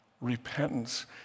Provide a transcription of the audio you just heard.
repentance